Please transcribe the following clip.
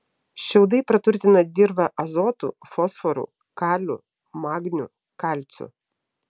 šiaudai praturtina dirvą azotu fosforu kaliu magniu kalciu